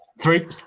Three